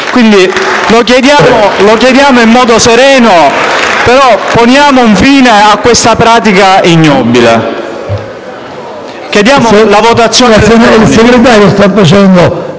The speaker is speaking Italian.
assente. Lo chiediamo in modo sereno, però poniamo fine a questa pratica ignobile!